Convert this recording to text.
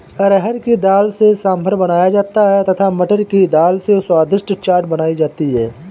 अरहर की दाल से सांभर बनाया जाता है तथा मटर की दाल से स्वादिष्ट चाट बनाई जाती है